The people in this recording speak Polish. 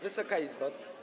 Wysoka Izbo!